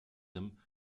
him